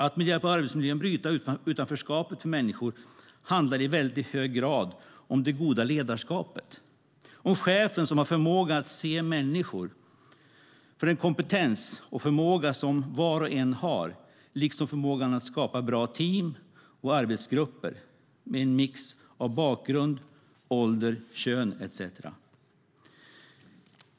Att med hjälp av arbetsmiljön bryta utanförskapet för människor handlar i väldigt hög grad om det goda ledarskapet, om chefen som har förmågan att se människor för den kompetens och förmåga som var och en har, liksom förmågan att skapa bra team och arbetsgrupper med en mix av bakgrund, ålder, kön etcetera.